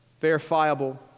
Verifiable